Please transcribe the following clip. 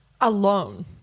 alone